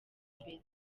mbere